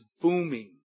booming